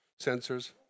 sensors